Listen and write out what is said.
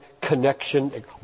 connection